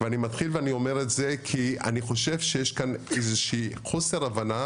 ואני מתחיל ואני אומר את זה כי אני חושב שיש כאן איזושהי חוסר הבנה